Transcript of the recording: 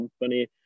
company